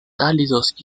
cálidos